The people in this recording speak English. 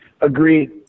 Agreed